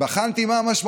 לגלובוס